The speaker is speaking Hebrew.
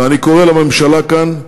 ואני קורא לממשלה כאן,